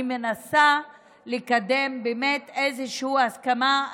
אני מנסה לקדם איזושהי הסכמה.